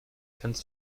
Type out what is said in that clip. kannst